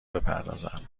بپردازند